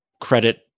credit